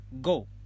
go